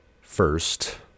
first